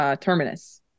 Terminus